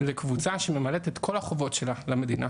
זו קבוצה שממלאת את כל החובות שלה למדינה,